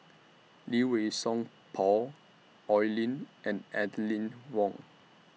Lee Wei Song Paul Oi Lin and and Lin Wong